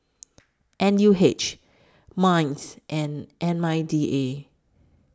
N U H Minds and M I D A